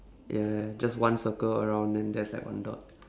ya just one circle around then there's like one dot